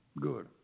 Good